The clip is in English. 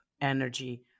energy